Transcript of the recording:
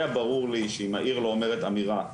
היה ברור לי שאם העיר לא אומרת אמירה,